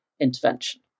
intervention